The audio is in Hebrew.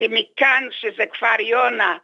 ומכאן שזה כבר יונה